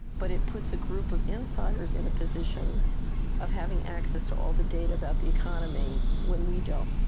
but it puts a group of insiders in a position of having access to all the data about the economy when we don't.